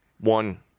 one